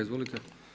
Izvolite.